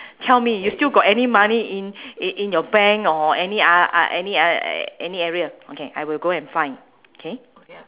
tell me you still got any money in in in your bank or any uh uh any uh any area okay I will go and find K